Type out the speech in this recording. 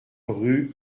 rue